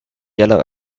yellow